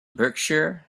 berkshire